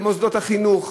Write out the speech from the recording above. במוסדות החינוך,